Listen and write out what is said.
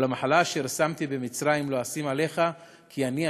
"כל המחלה אשר שמתי במצרים לא אשים עליך כי אני ה'